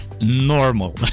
normal